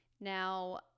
Now